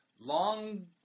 Long